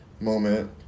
moment